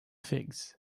figs